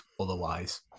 otherwise